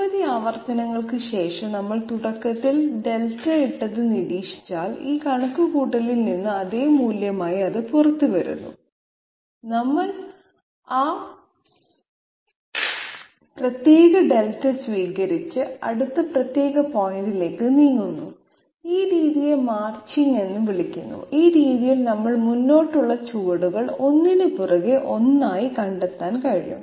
നിരവധി ആവർത്തനങ്ങൾക്ക് ശേഷം നമ്മൾ തുടക്കത്തിൽ δ ഇട്ടത് നിരീക്ഷിച്ചാൽ ഈ കണക്കുകൂട്ടലിൽ നിന്ന് അതേ മൂല്യമായി അത് പുറത്തുവരുന്നു നമ്മൾ ആ പ്രത്യേക δ സ്വീകരിച്ച് അടുത്ത പ്രത്യേക പോയിന്റിലേക്ക് നീങ്ങുന്നു ഈ രീതിയെ മാർച്ചിംഗ് എന്ന് വിളിക്കുന്നു ഈ രീതിയിൽ നമ്മൾ മുന്നോട്ടുള്ള ചുവടുകൾ ഒന്നിനുപുറകെ ഒന്നായി കണ്ടെത്താൻ കഴിയും